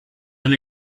been